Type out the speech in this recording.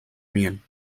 miel